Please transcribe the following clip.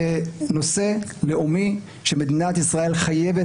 זה נושא לאומי ומדינת ישראל חייבת